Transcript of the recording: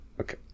Okay